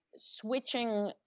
switching